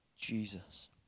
Jesus